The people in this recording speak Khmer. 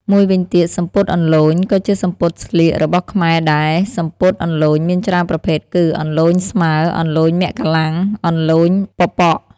មួយវិញទៀតសំពត់ «អន្លូញ» ក៏ជាសំពត់ស្លៀករបស់ខ្មែរដែរសំពត់អន្លូញមានច្រើនប្រភេទគឺ អន្លូញស្មើ, អន្លូញមក្លាំ, អន្លូញប៉ប៉ក។